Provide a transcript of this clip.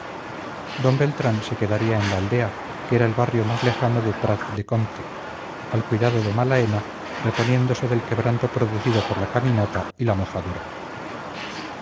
d beltrán se quedaría en la aldea que era el barrio más lejano de prat de compte al cuidado de malaena reponiéndose del quebranto producido por la caminata y la mojadura